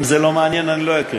אם זה לא מעניין, אני לא אקריא.